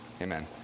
amen